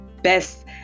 best